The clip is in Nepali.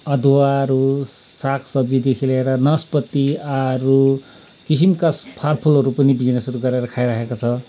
अदुवाहरू सागसब्जीदेखि लिएर नस्पाती आरू किसिमका फलफुलहरू पनि बिजनेस गरेर खाइरहेको छ